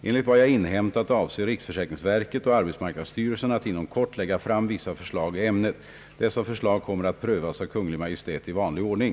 Enligt vad jag inhämtat avser riksförsäkringsverket och arbetsmarknadsstyrelsen att inom kort lägga fram vissa förslag i ämnet. Dessa förslag kommer att prövas av Kungl. Maj:t i vanlig ordning.